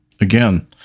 again